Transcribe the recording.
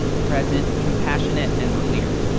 present, compassionate and clear.